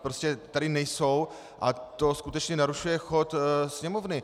Prostě tady nejsou a to skutečně narušuje chod Sněmovny.